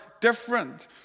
different